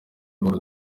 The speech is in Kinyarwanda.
uhora